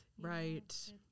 Right